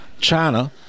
China